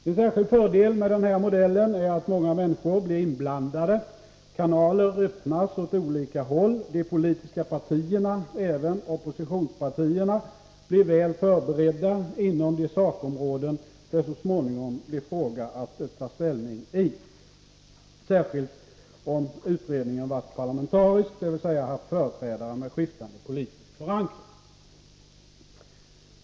En särskild fördel med den här modellen är att många människor blir inblandade, kanaler öppnas åt olika håll, de politiska partierna — även oppositionspartierna — blir väl förberedda inom de sakområden det så småningom blir fråga om att ta ställning i, särskilt om utredningen varit parlamentarisk, dvs. haft företrädare med skiftande politisk förankring.